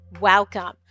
welcome